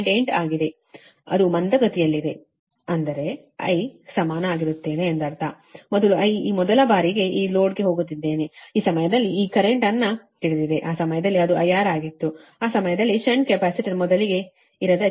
8 ಆಗಿದೆ ಅದು ಮಂದಗತಿಯಲ್ಲಿದೆ ಅಂದರೆ I ಸಮನಾಗಿರುತ್ತೇನೆ ಇದರರ್ಥ ಇದು I ಈ ಮೊದಲ ಬಾರಿಗೆ ಈ ಲೋಡ್ಗೆ ಹೋಗುತ್ತಿದ್ದೇನೆ ಈ ಸಮಯದಲ್ಲಿ ಈ ಕರೆಂಟ್ಅನ್ನು ತಿಳಿದಿದೆ ಆ ಸಮಯದಲ್ಲಿ ಅದು IR ಆಗಿತ್ತು ಆ ಸಮಯದಲ್ಲಿ ಷಂಟ್ ಕೆಪಾಸಿಟರ್ ಮೊದಲಿಗೆ ಇರದ ಕೇಸ್ ಆಗಿದೆ